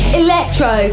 electro